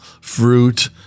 fruit